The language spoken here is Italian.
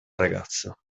ragazza